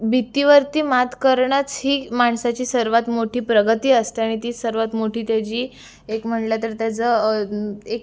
भीतीवरती मात करणंच ही माणसाची सर्वात मोठी प्रगती असते आणि ती सर्वात मोठी त्याची एक म्हणलं तर त्याचं आणि एक